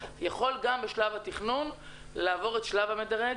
יכול גם בשלב התכנון לעבור את שלב המדרג?